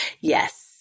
Yes